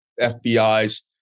FBI's